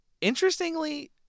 interestingly